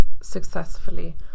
successfully